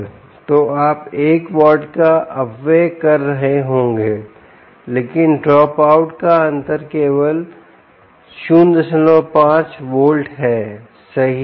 तो आप 1 वॉट का अपव्यय कर रहे होंगे लेकिन ड्रॉप आउट का अंतर केवल 05 वोल्ट है सही